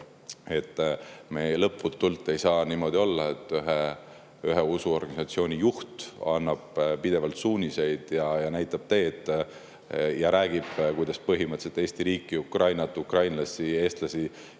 Ei saa lõputult niimoodi olla, et ühe usuorganisatsiooni juht annab pidevalt suuniseid ja näitab teed ja räägib, et põhimõtteliselt Eesti riiki, Ukrainat, ukrainlasi, eestlasi